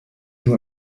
nur